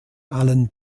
allen